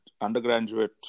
undergraduate